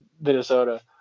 Minnesota